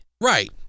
Right